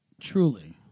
truly